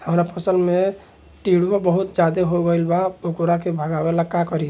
हमरा फसल में टिड्डा बहुत ज्यादा हो गइल बा वोकरा के भागावेला का करी?